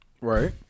Right